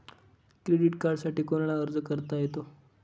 Credit कार्डसाठी कोणाला अर्ज करता येतो?